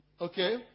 Okay